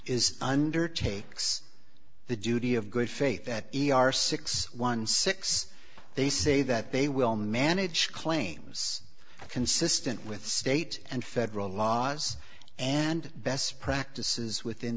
is undertakes the duty of good faith that e r six one six they say that they will manage claims consistent with state and federal laws and best practices within